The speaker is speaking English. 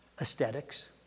aesthetics